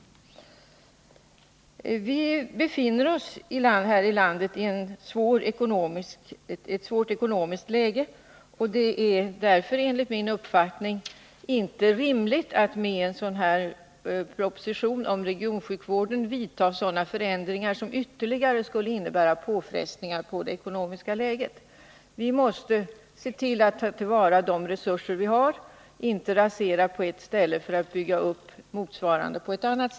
Vi befinner oss här i landet i ett svårt ekonomiskt läge. Det är därför enligt 105 min uppfattning inte rimligt att genom en proposition om regionsjukvården vidta förändringar som skulle innebära ytterligare påfrestningar på det ekonomiska läget. Vi måste ta till vara de resurser vi har och inte rasera på ett ställe för att bygga upp motsvarande på ett annat.